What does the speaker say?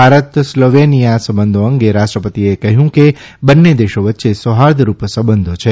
Bharat Slovenia સંબંધો અંગે રાષ્ટ્રપતિએ કહ્યું કે બંને દેશો વચ્ચે સૌફાર્દરૂપ સંબંધો છે